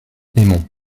aimons